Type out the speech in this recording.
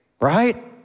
Right